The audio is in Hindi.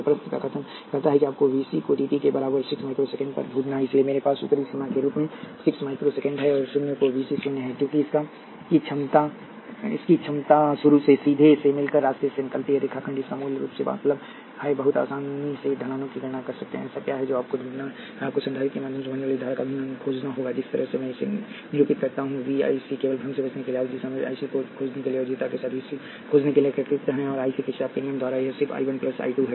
प्रश्न का कथन कहता है कि आपको वीसी को टी के बराबर 6 माइक्रो सेकेंड पर ढूंढना है इसलिए मेरे पास ऊपरी सीमा के रूप में 6 माइक्रो सेकेंड है और शून्य का वी सी शून्य है क्योंकि इसकी क्षमता शुरू में सीधे से मिलकर रास्ते से निकलती है रेखा खंड जिसका मूल रूप से मतलब है कि आप बहुत आसानी से ढलानों की गणना कर सकते हैं ऐसा क्या है जो आपको ढूंढना है आपको संधारित्र के माध्यम से बहने वाली धारा का अभिन्न अंग खोजना होगा जिस तरह से मैं इसे निरूपित करता हूं v I c केवल भ्रम से बचने के लिए आप इस दिशा में I c को खोजने के लिए और इस ध्रुवता के साथ vc खोजने के लिए एकीकृत हैं और I c किरचॉफ के धारा नियमद्वारा यह सिर्फ I 1 I 2 है